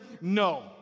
No